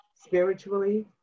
spiritually